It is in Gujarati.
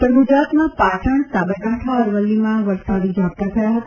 ઉત્તર ગુજરાતમાં પાટણ સાબરકાંઠા અરવલ્લીમાં વરસાદી ઝાપટા થયા હતા